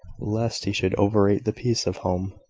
lest he should overrate the peace of home,